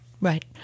right